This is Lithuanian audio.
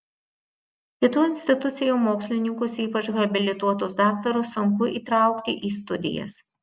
kitų institucijų mokslininkus ypač habilituotus daktarus sunku įtraukti į studijas